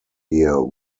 here